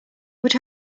would